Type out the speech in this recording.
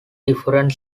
different